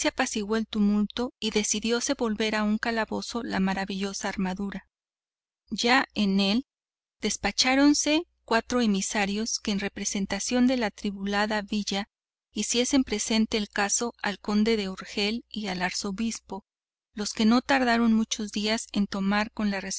se apaciguó el tumulto y decidióse volver a un calabozo la maravillosa armadura ya en él despacháronse cuatro emisarios que en representación de la atribulada villa hiciesen presente el caso al conde de urgel y al arzobispo los que no tardaron muchos días en tornar con la